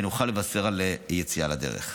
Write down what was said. ונוכל לבשר על יציאה לדרך.